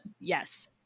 Yes